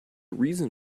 reason